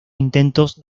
intentos